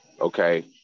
okay